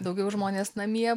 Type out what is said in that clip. daugiau žmonės namie